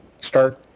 start